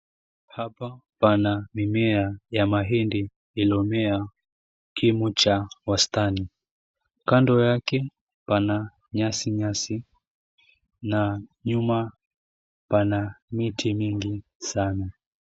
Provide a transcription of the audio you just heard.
Hapa pana mimea ya mahindi iliomea kimo cha wastani. Kando yake, pana nyasi nyasi na nyuma pana miti mingi sana.